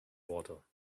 water